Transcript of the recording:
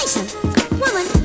Woman